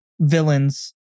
Villains